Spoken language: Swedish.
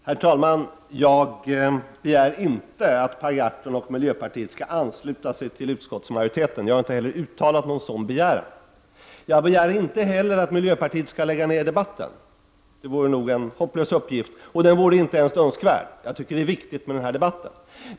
Herr talman! Jag begär inte att Per Gahrton och miljöpartiet skall ansluta sig till utskottsmajoriteten. Jag har inte heller uttalat någon sådan begäran. Jag begär inte heller att miljöpartiet skall lägga ner debatten. Det vore nog en hopplös uppgift, och den vore inte ens önskvärd. Jag tycker att det är viktigt med den här debatten.